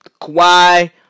Kawhi